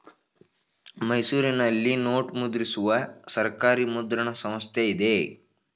ಮೈಸೂರಿನಲ್ಲಿ ನೋಟು ಮುದ್ರಿಸುವ ಸರ್ಕಾರಿ ಮುದ್ರಣ ಸಂಸ್ಥೆ ಇದೆ